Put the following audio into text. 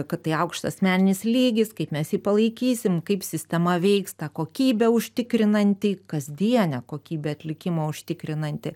kad tai aukštas meninis lygis kaip mes jį palaikysim kaip sistema veiks tą kokybę užtikrinanti kasdienę kokybę atlikimo užtikrinanti